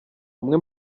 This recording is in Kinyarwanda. umwe